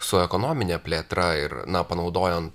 su ekonomine plėtra ir na panaudojant